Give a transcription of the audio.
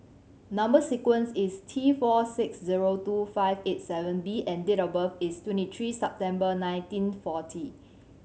number sequence is T four six zero two five eight seven B and date of birth is twenty three September nineteen forty